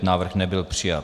Návrh nebyl přijat.